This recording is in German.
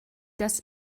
das